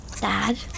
Dad